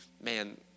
man